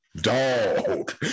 Dog